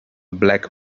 black